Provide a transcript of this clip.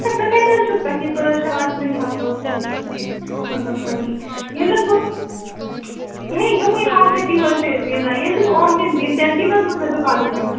سُہ کَتہِ حظ چھُو تۄہہِ سُہ حظ چھِ آز دُنیاہس مُلکس پونسن ہنز تٔنگی ییلہِ حظ بہٕ یہَے یمَے ہتھ رۄپیہ حظ چھِ أسۍ زینان ییلہِ نہٕ بہٕ یِم تہِ زینہٕ تیلہِ کٔمۍ حظ ووٚن مے دُکانس بِہُن